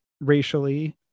racially